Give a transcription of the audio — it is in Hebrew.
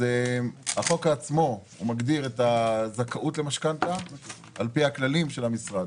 אז החוק עצמו מגדיר את הזכאות למשכנתא על פי הכללים של המשרד.